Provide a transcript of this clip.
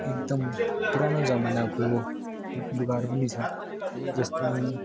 एकदम पुरानो जमानाको लुगाहरू पनि छ जस्तै